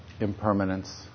impermanence